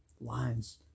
lines